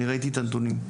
אני ראיתי את הנתונים.